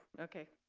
okay.